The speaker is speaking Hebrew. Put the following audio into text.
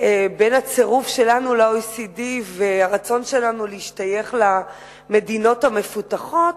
בין הצירוף שלנו ל-OECD והרצון שלנו להשתייך למדינות המפותחות,